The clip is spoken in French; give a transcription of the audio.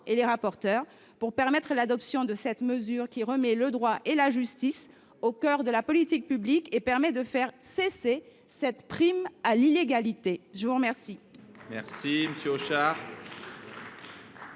par les rapporteurs pour permettre l’adoption de cette mesure, qui remet le droit et la justice au cœur de la politique publique, et qui permet de faire cesser cette prime à l’illégalité. La parole